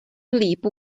礼部